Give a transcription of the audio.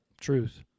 truth